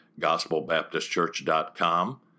gospelbaptistchurch.com